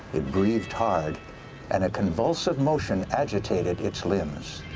it breathed hard and a convulsive motion agitated its limbs.